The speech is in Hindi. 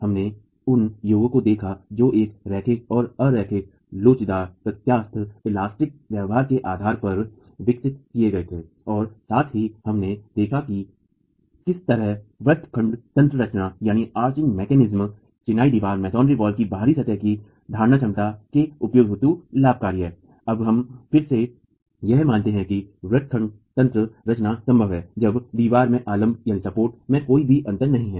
हमने उन योगों को देखा जो एक रैखिक और अ रैखिक लोचदार व्यवहार के आधार पर विकसित किए गए थे और साथ ही हमने देखा की किस तरह व्रत खंड तंत्र रचना चिनाई दिवार की बाहरी सतह की भार धारण क्षमता के उपियोग हेतु लाभकारी है अब हम फिर से हैं यह मानते है कि व्रत खंड तंत्र रचना संभव है जब दीवार और आलम्ब में कोई भी अंतर नहीं है